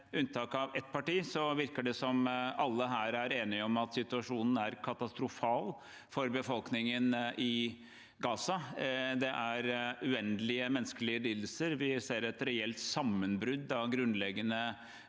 unntak av ett parti virker det som alle her er enige om at situasjonen er katastrofal for befolkningen i Gaza. Det er uendelige menneskelige lidelser. Vi ser et reelt sammenbrudd av grunnleggende